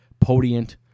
Podient